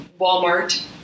Walmart